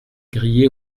grillée